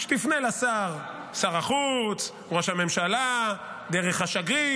שתפנה לשר, שר החוץ, ראש הממשלה, דרך השגריר.